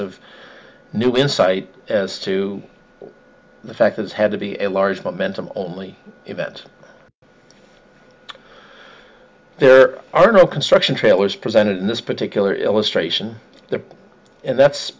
of new insight as to the fact is had to be a large momentum only event there are no construction trailers presented in this particular illustration there and that's